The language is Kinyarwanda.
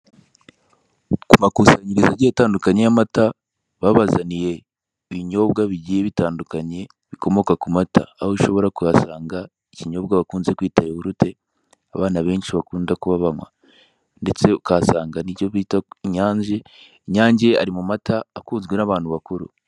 Ku makusanyirizo agiye atandukanye y'amata, babazaniye ibinyobwa bigiye bitandukanye bikomoka ku mata, aho ushobora kuhasanga ikinyobwa bakunze kwita yawurute abana benshi bakunda kuba banywa, ndetse ukahasanga n'icyo bita Inyange, Inyange ari mu mata akunzwe n'abantu bakuru.